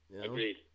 Agreed